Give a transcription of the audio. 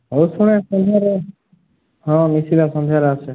ଆଉ ପୁଣି ସନ୍ଧ୍ୟାରେ ହଁ ମିଶିବା ସନ୍ଧ୍ୟାରେ ଆସେ